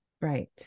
Right